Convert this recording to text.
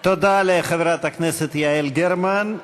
תודה לחברת הכנסת יעל גרמן.